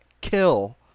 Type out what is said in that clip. kill